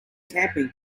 camping